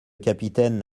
capitaine